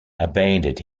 abandoned